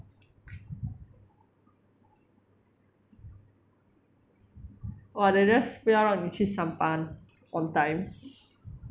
!wah! they just 不要让你去上班 on time